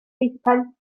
peipen